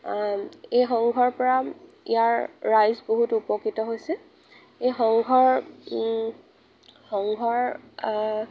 এই সংঘৰপৰা ইয়াৰ ৰাইজ বহুত উপকৃত হৈছে এই সংঘৰ সংঘৰ